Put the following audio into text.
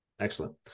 Excellent